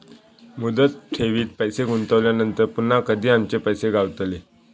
मुदत ठेवीत पैसे गुंतवल्यानंतर पुन्हा कधी आमचे पैसे गावतले?